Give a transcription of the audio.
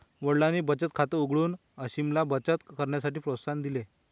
वडिलांनी बचत खात उघडून अमीषाला बचत करण्यासाठी प्रोत्साहन दिले